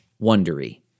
Wondery